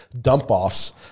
dump-offs